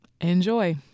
Enjoy